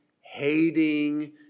hating